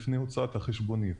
לפני הוצאת החשבונית.